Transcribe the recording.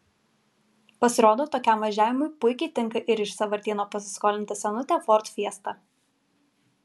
pasirodo tokiam važiavimui puikiai tinka ir iš sąvartyno pasiskolinta senutė ford fiesta